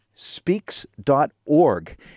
speaks.org